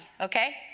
okay